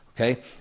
okay